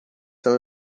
são